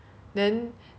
it cannot be helped lah